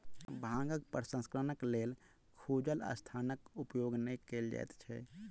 भांगक प्रसंस्करणक लेल खुजल स्थानक उपयोग नै कयल जाइत छै